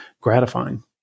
gratifying